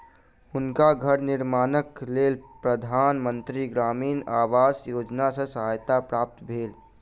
हुनका घर निर्माणक लेल प्रधान मंत्री ग्रामीण आवास योजना सॅ सहायता प्राप्त भेल